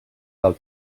del